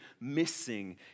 missing